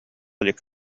илик